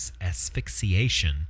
asphyxiation